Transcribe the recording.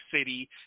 City